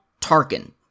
Tarkin